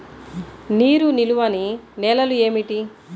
నీరు నిలువని నేలలు ఏమిటి?